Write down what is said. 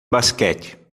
basquete